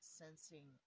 sensing